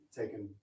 taken